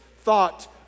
thought